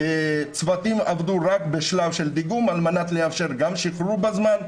צוותים עבדו רק בשלב של דיגום על מנת לאפשר גם שחרור בזמן,